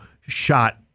shot